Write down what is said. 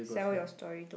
sell your story to